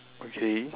okay